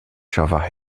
java